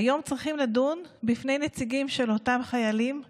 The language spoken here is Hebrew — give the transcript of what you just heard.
היום צריכים לדון בפני נציגים של אותם חיילים לוחמים,